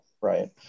right